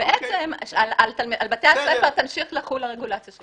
ועל בתי הספר תמשיך לחול הרגולציה שלהם,